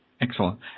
Excellent